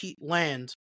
land